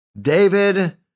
David